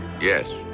Yes